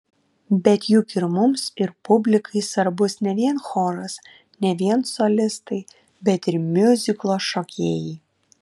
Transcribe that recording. bet juk ir mums ir publikai svarbus ne vien choras ne vien solistai bet ir miuziklo šokėjai